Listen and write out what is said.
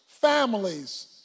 families